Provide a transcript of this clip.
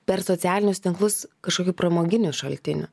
per socialinius tinklus kažkokiu pramoginiu šaltiniu